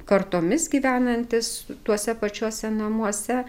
kartomis gyvenantys tuose pačiuose namuose